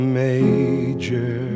major